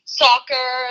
soccer